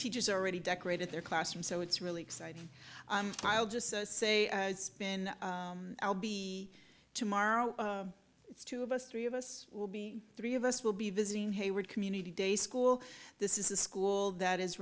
teachers already decorated their classroom so it's really exciting i'll just say been i'll be tomorrow two of us three of us will be three of us will be visiting hayward community day school this is a school that is